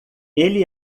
ele